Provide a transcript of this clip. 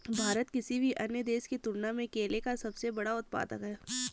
भारत किसी भी अन्य देश की तुलना में केले का सबसे बड़ा उत्पादक है